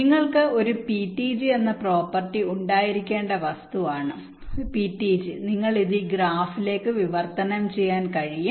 നിങ്ങൾക്ക് ഒരു PTG എന്ന പ്രോപ്പർട്ടി ഉണ്ടായിരിക്കേണ്ട ഒരു വസ്തുവാണ് PTG നിങ്ങൾക്ക് ഇത് ഈ ഗ്രാഫിലേക്ക് വിവർത്തനം ചെയ്യാൻ കഴിയും